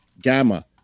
gamma